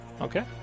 Okay